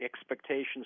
expectations